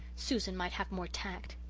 susan might have more tact.